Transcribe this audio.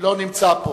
לא נמצא פה.